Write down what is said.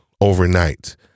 overnight